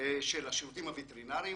של השירותים הווטרינריים,